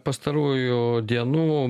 pastarųjų dienų